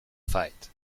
fight